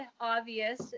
obvious